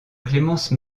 clémence